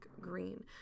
green